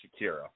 Shakira